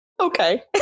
okay